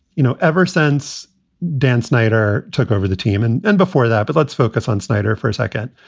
you know, ever since dan snyder took over the team and and before that. but let's focus on snyder for a second.